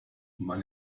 man